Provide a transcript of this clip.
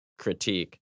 critique